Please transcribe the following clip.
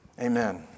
Amen